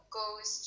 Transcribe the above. goes